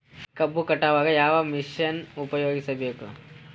ಕಬ್ಬು ಕಟಾವಗ ಯಾವ ಮಷಿನ್ ಉಪಯೋಗಿಸಬೇಕು?